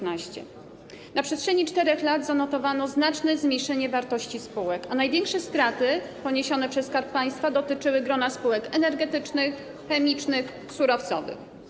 Na przestrzeni 4 lat zanotowano znaczne zmniejszenie wartości spółek, a największe straty poniesione przez Skarb Państwa dotyczyły grona spółek energetycznych, chemicznych, surowcowych.